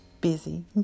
busy